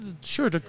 Sure